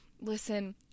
listen